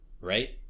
right